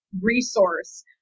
resource